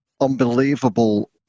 unbelievable